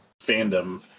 fandom